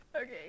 okay